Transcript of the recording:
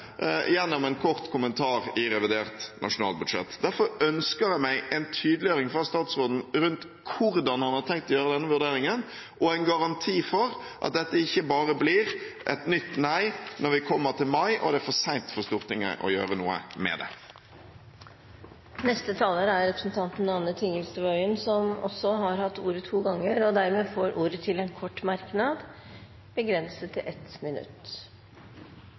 gjennom en kort kommentar i revidert nasjonalbudsjett. Derfor ønsker jeg meg en tydeliggjøring fra statsråden rundt hvordan han har tenkt å gjøre denne vurderingen, og en garanti for at dette ikke bare blir et nytt nei når vi kommer til mai og det er for sent for Stortinget å gjøre noe med det. Representanten Anne Tingelstad Wøien har hatt ordet to ganger tidligere og får ordet til en kort merknad, begrenset til 1 minutt.